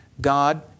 God